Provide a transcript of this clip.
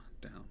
Down